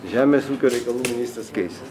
žemės ūkio reikalų ministras keisis